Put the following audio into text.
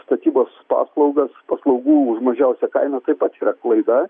statybos paslaugas paslaugų už mažiausią kainą taip pat yra klaida